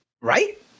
right